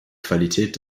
qualität